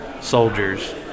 soldiers